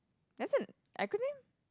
that's an acronym